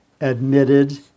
admitted